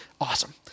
Awesome